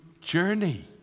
journey